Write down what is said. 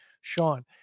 Sean